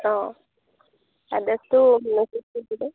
অঁ এড্ৰেছটো মেচেজ কৰি দি দিম